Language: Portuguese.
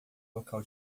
local